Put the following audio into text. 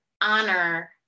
honor